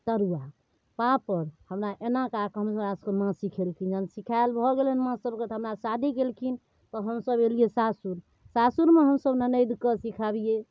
तरुआ पापड़ हमरा एना कऽ कऽ हमरासभके माँ सिखेलखिन हँ जहन सिखाएल भऽ गेल माँसभके तऽ हमरा शादी केलखिन तब हमसभ अएलिए सासुर सासुरमे हमसभ ननदिके सिखबिए